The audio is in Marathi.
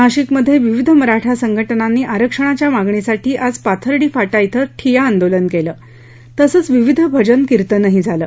नाशिक मध्ये विविध मराठा संघटनांनी आरक्षणाच्या मागणीसाठी आज पाथर्डी फाटा इं ठिय्या आंदोलन केलं तसंच विविध भजन कीर्तनही केलं